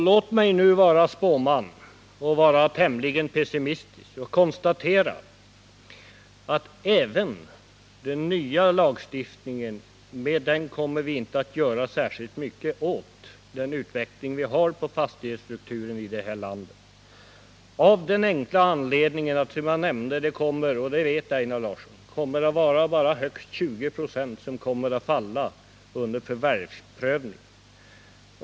Låt mig nu vara en tämligen pessimistisk spåman och konstatera att inte heller med den nya lagstiftningen kommer vi att kunna göra särskilt mycket åt fastighetsstrukturens utveckling i landet, och det av den enkla anledningen att högst 20 96 av förvärven kommer att undergå förvärvsprövning.